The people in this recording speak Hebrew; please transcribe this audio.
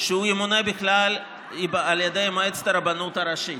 שהוא ימונה בכלל על ידי מועצת הרבנות הראשית.